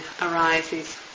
arises